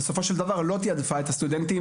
שבסופו של דבר לא תעדיפה את הסטודנטים.